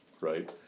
right